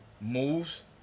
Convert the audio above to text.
moves